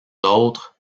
autres